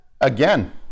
again